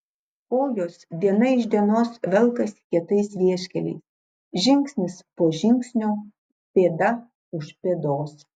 kojos diena iš dienos velkasi kietais vieškeliais žingsnis po žingsnio pėda už pėdos